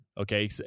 Okay